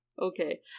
Okay